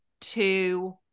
two